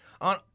On